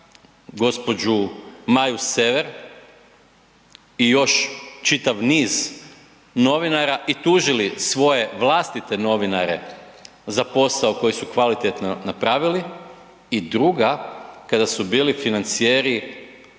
gospođu Maju Sever i još čitav niz novinara i tužili svoje vlastite novinare za posao koji su kvalitetno napravili i druga kada su bili financijeri